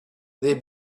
they